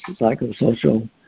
psychosocial